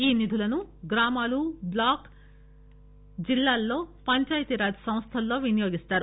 ఈ నిధులను గ్రామాలు బ్లాక్ జిల్లాల్లో పంచాయితీ రాజ్ సంస్థల్లో వినియోగిస్తారు